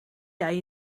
jij